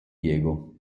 diego